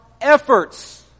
efforts